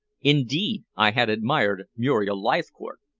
indeed, i had admired muriel leithcourt.